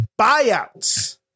buyouts